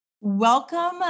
Welcome